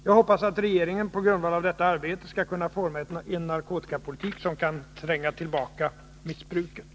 Jag hoppas att regeringen, på grundval av detta arbete, skall kunna forma en narkotikapolitik som kan tränga tillbaka missbruket.